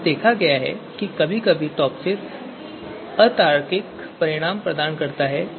इसलिए यह देखा गया है कि कभी कभी टॉपसिस अतार्किक परिणाम प्रदान करता है